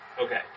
Okay